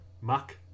muck